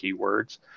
keywords